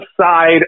side